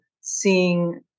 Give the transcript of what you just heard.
seeing